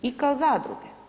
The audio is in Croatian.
I kao zadruge.